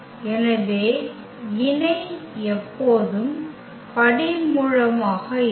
எனவே இணை எப்போதும் படிமூலமாக இருக்கும்